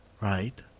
right